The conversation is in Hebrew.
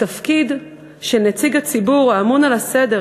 התפקיד של נציג הציבור האמון על הסדר,